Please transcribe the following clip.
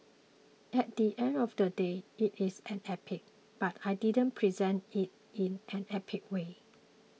at the end of the day it is an epic but I didn't present it in an epic way